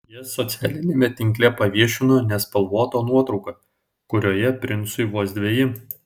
jie socialiniame tinkle paviešino nespalvotą nuotrauką kurioje princui vos dveji